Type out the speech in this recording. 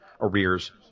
arrears